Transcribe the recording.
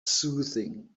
soothing